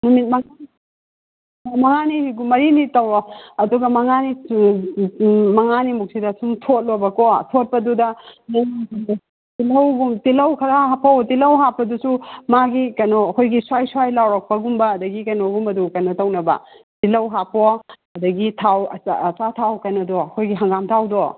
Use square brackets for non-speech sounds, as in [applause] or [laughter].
ꯅꯨꯃꯤꯠ ꯃꯉꯥꯅꯤ ꯃꯉꯥꯅꯤ ꯃꯔꯤꯅꯤ ꯇꯧꯔꯣ ꯑꯗꯨꯒ ꯃꯉꯥꯅꯤ ꯃꯉꯥꯅꯤꯃꯨꯛꯁꯤꯗ ꯁꯨꯝ ꯊꯣꯠꯂꯣꯕꯀꯣ ꯊꯣꯠꯄꯗꯨꯗ [unintelligible] ꯇꯤꯜꯍꯧꯒꯨꯝꯕ ꯇꯤꯜꯍꯧ ꯈꯔ ꯍꯥꯞꯍꯧ ꯇꯤꯜꯍꯧ ꯍꯥꯞꯄꯗꯨꯁꯨ ꯃꯥꯒꯤ ꯀꯩꯅꯣ ꯑꯩꯈꯣꯏꯒꯤ ꯁ꯭ꯋꯥꯏ ꯁ꯭ꯋꯥꯏ ꯂꯥꯎꯔꯛꯄꯒꯨꯝꯕ ꯑꯗꯒꯤ ꯀꯩꯅꯣꯒꯨꯝꯕꯗꯣ ꯀꯩꯅꯣ ꯇꯧꯅꯕ ꯇꯤꯜꯍꯧ ꯍꯥꯞꯄꯣ ꯑꯗꯒꯤ ꯊꯥꯎ ꯑꯆꯥꯊꯥꯎ ꯀꯩꯅꯣꯗꯣ ꯑꯩꯈꯣꯏꯒꯤ ꯍꯪꯒꯥꯝ ꯊꯥꯎꯗꯣ